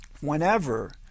whenever